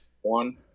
One